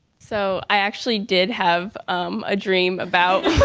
so i actually did have a dream about